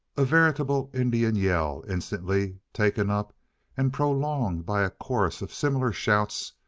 a veritable indian yell, instantly taken up and prolonged by a chorus of similar shouts,